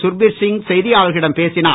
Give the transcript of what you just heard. சுர்பீர் சிங் செய்தியாளர்களிடம் பேசினார்